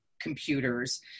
computers